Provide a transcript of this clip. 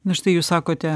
na štai jūs sakote